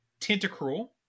Tentacruel